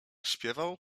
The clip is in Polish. śpiewał